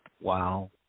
Wow